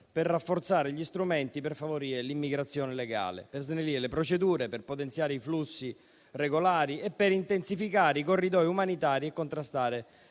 per rafforzare gli strumenti per favorire l'immigrazione legale, snellire le procedure per potenziare i flussi regolari, intensificare i corridoi umanitari e contrastare